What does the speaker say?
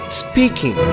speaking